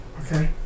Okay